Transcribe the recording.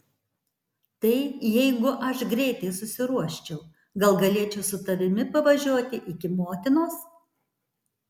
tai jeigu aš greitai susiruoščiau gal galėčiau su tavimi pavažiuoti iki motinos